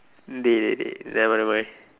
dey nevermind nevermind